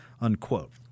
unquote